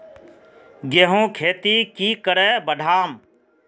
गेंहू खेती की करे बढ़ाम?